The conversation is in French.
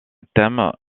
thèmes